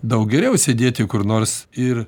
daug geriau sėdėti kur nors ir